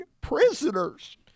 prisoners